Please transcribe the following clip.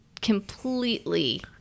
completely